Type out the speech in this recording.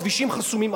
הכבישים חסומים.